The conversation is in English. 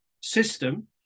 system